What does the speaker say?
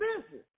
business